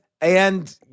and-